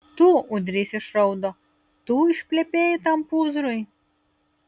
tu ūdrys išraudo tu išplepėjai tam pūzrui